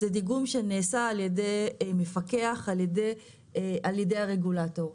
זה דיגום שנעשה על ידי מפקח, על ידי הרגולטור.